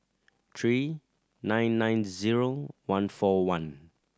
three nine nine zero one four one